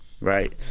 Right